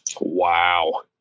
Wow